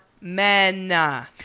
men